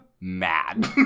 mad